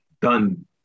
done